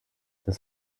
das